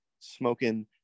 smoking